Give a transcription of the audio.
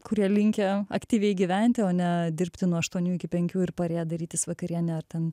kurie linkę aktyviai gyventi o ne dirbti nuo aštuonių iki penkių ir parėję darytis vakarienę ar ten